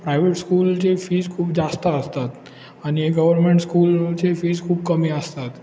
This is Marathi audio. प्रायवेट स्कूलचे फीज खूप जास्त असतात आणि गव्हर्मेंट स्कूलचे फीज खूप कमी असतात